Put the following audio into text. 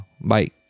Bye